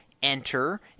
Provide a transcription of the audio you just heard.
Enter